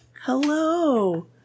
hello